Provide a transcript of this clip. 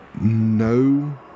no